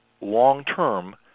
long-term